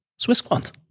SwissQuant